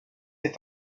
est